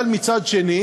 אבל מצד אחר,